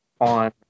on